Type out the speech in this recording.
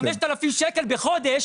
אני נלחם על 5,000 ₪ בחודש,